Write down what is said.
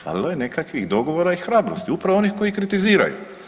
Falilo je nekakvih dogovora i hrabrosti, upravo onih koji kritiziraju.